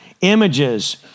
images